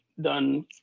done